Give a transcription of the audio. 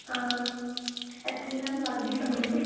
ਇੱਥੇ ਮੈਮ ਲਾਗੇ ਸੰਗਰੂਰ